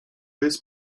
jest